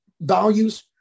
Values